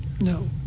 No